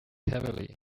heavily